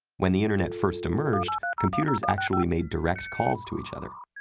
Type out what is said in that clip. when the internet first emerged, computers actually made direct calls to each other.